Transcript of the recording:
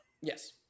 Yes